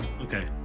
Okay